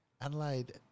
Adelaide